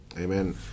amen